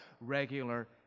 regular